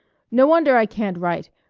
no wonder i can't write!